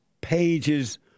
pages